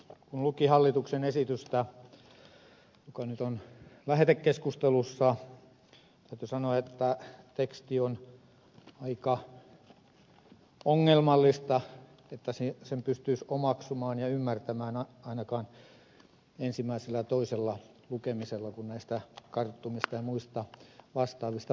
kun luki hallituksen esitystä joka nyt on lähetekeskustelussa täytyy sanoa että teksti on aika ongelmallista että sen pystyisi omaksumaan ja ymmärtämään ainakaan ensimmäisellä ja toisella lukemisella kun näistä karttumista ja muista vastaavista puhutaan